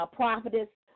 prophetess